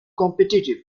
competitive